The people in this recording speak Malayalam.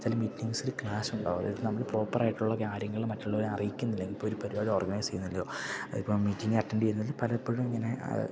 ചില മീറ്റിങ്സില് ക്ലാഷ് ഉണ്ടാകും അതായത് നമ്മള് പ്രോപ്പറായിട്ടുള്ള കാര്യങ്ങള് മറ്റുള്ളവരെ അറിയിക്കുന്നില്ലെങ്കില് ഇപ്പോള് ഒരു പരിപാടി ഓര്ഗനൈസ് ചെയ്യുന്നതിലോ അതിപ്പോള് മീറ്റിങ് അറ്റൻഡ് ചെയ്യുന്നതില് പലപ്പോഴും ഇങ്ങനെ